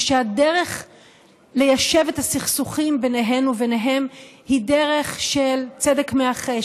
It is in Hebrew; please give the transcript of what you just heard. ושהדרך ליישב את הסכסוכים ביניהם וביניהן היא דרך של צדק מאחה,